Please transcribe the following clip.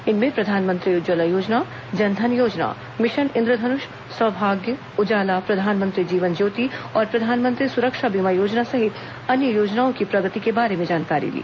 इनमें प्रधानमंत्री उज्जवला योजना जन धन योजना मिशन इंद्रधनुष सोभाग्य उजाला प्रधानमंत्री जीवन ज्योति और प्रधानमंत्री सुरक्षा बीमा योजना सहित अन्य योजनाओं की प्रगति के बारे में जानकारी ली